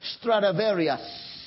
Stradivarius